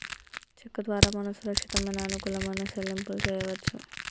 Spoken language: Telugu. చెక్కు ద్వారా మనం సురక్షితమైన అనుకూలమైన సెల్లింపులు చేయవచ్చు